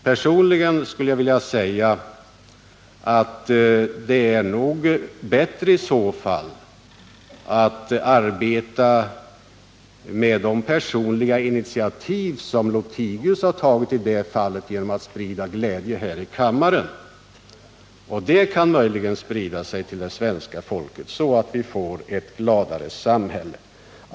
Personligen skulle jag vilja säga att det är nog i så fall bättre att arbeta med personliga initiativ, och herr Lothigius har ju själv tagit ett sådant i det här fallet genom att sprida glädje i kammaren. Den glädjen kan möjligen sprida sig till svenska folket så att vi får ett gladare samhälle.